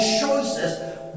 choices